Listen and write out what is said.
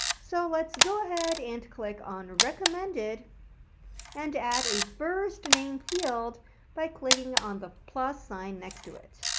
so let's go ahead and click on recommended and add a first name field by clicking on the plus sign next to it.